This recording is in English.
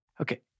Okay